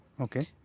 Okay